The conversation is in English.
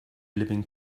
living